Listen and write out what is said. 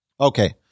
Okay